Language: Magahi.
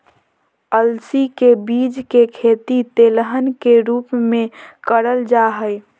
अलसी के बीज के खेती तेलहन के रूप मे करल जा हई